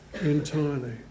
entirely